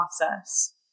process